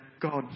God